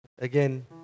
again